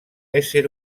ésser